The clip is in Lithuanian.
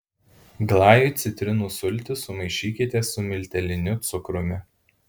glajui citrinų sultis sumaišykite su milteliniu cukrumi